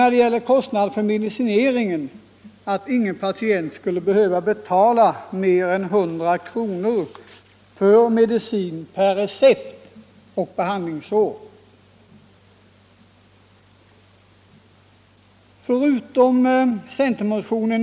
När det gäller kostnaderna för medicinering har vi tänkt oss att ingen patient skulle behöva betala mer än 100 kronor för medicin på recept per behandlingsår.